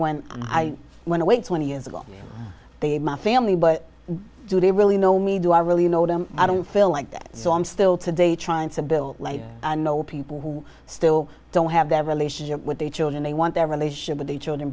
when i went away twenty years ago they my family but do they really know me do i really know them i don't feel like that so i'm still today trying to bill i know people who still don't have their relationship with the children they want their relationship with the children